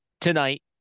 tonight